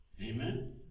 Amen